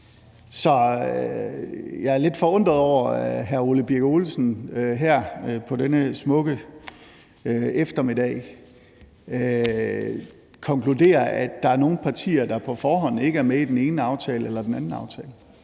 Så jeg er lidt forundret over, at hr. Ole Birk Olesen her på denne smukke eftermiddag konkluderer, at der er nogle partier, der på forhånd ikke er med i den ene aftale eller den anden aftale.